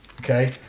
okay